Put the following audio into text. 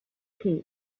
che